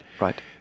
Right